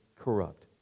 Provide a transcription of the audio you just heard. corrupt